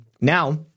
Now